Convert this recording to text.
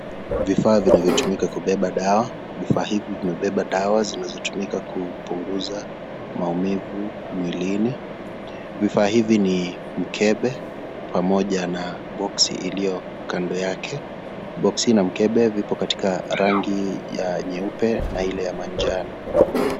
Vifaa vinavyotumika kubeba dawa, vifaa hivi vinabeba dawa zinazotumika kupunguza maumivu mwilini. Vifaa hivi ni mkebe pamoja na box iliyo kando yake, box na mkebe vipo katika rangi nyeupe na ile ya manjano.